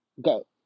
Go